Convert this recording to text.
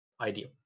ideal